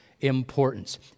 importance